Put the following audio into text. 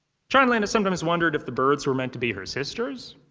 chanlina sometimes wondered if the birds were meant to be her sisters.